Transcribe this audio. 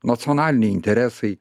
nacionaliniai interesai